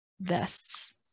vests